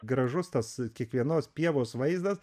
gražus tas kiekvienos pievos vaizdas